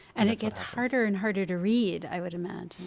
and it gets harder and harder to read, i would imagine.